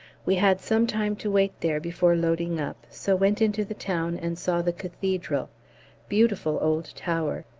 we had some time to wait there before loading up, so went into the town and saw the cathedral beautiful old tower,